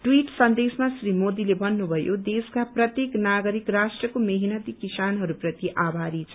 tweet सन्देशमा श्री मोदीले भत्रुमयो देशका प्रत्येक नागरिक राष्ट्रस्ने मेहनती किसानहरू प्रति आभारी छन्